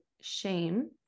shame